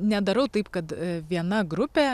nedarau taip kad viena grupė